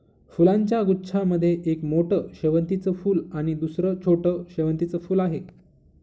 फुलांच्या गुच्छा मध्ये एक मोठं शेवंतीचं फूल आणि दुसर छोटं शेवंतीचं फुल आहे